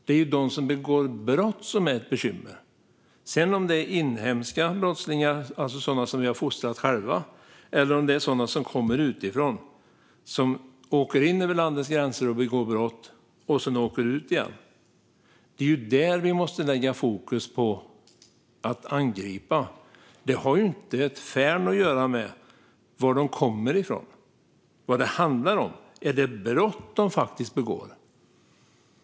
Det är de som begår brott som är ett bekymmer. Sedan gäller det om det är inhemska brottslingar, alltså sådana som vi har fostrat själva, eller om det är sådana som kommer utifrån, åker in över landets gränser, begår brott och sedan åker ut igen. Det är det vi måste lägga fokus på att angripa. Det har inte ett färn att göra med var de kommer ifrån. Vad det handlar om är det brott som de faktiskt begår.